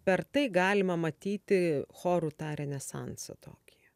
per tai galima matyti chorų tą renesansą tokį